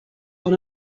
van